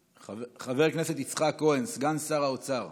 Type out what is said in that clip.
חבר הכנסת יצחק כהן, סגן שר האוצר,